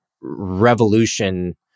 revolution